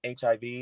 HIV